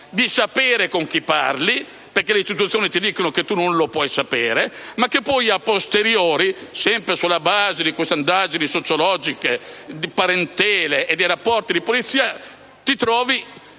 di sapere con chi si sta parlando, mentre le istituzioni ti dicono che tu non lo puoi sapere, ma, *a posteriori*, sempre sulla base di queste indagini sociologiche, di parentela e di rapporti di polizia, ti puoi